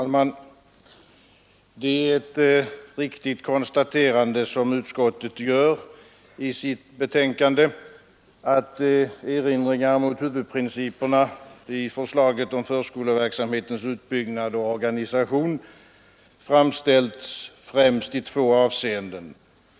Fru talman! Det är ett riktigt konstaterande som utskottet gör i sitt betänkande att erinringar mot huvudprinciperna i förslaget om förskoleverksamhetens utbyggnad och organisation framställts främst i två avseenden.